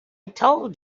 told